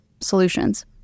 solutions